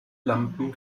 lampen